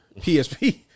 PSP